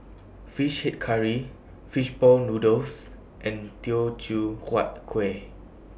Fish Head Curry Fish Ball Noodles and Teochew Huat Kueh